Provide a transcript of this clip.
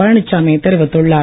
பழனிச்சாமி தெரிவித்துள்ளார்